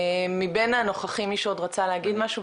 מבין הנוכחים, מישהו עוד רצה להגיד משהו.